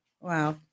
Wow